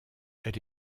elle